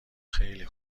خیلی